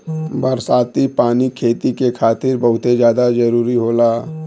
बरसाती पानी खेती के खातिर बहुते जादा जरूरी होला